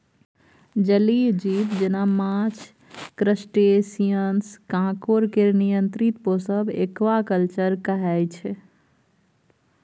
जलीय जीब जेना माछ, क्रस्टेशियंस, काँकोर केर नियंत्रित पोसब एक्वाकल्चर कहय छै